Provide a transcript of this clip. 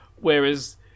whereas